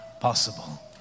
possible